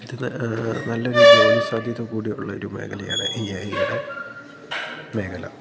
ഇത് നല്ലൊരു ജോലിസാധ്യത കൂടിയുള്ളൊരു മേഘലയാണ് ഈ ഏ ഐടെ മേഘല